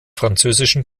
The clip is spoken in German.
französischen